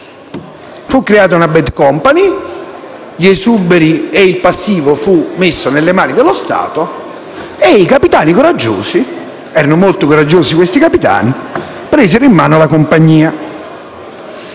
fu creata una *bad company*, gli esuberi e il passivo furono posti nelle mani dello Stato e i capitani coraggiosi - che erano molto coraggiosi - presero in mano la compagnia.